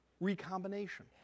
Recombination